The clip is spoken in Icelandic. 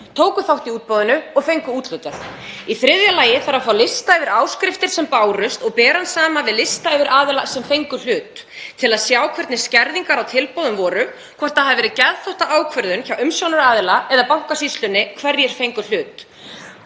tóku þátt í útboðinu og fengu úthlutað. Í þriðja lagi þarf að fá lista yfir áskriftir sem bárust og bera hann saman við lista yfir aðila sem fengu hlut til að sjá hvernig skerðingar á tilboðum voru, hvort það hafi verið geðþóttaákvörðun hjá umsjónaraðila eða Bankasýslunni hverjir fengu hlut.